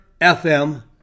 FM